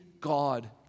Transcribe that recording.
God